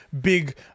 big